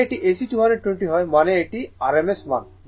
যদি এটি AC 220 হয় মানে এটি RMS মান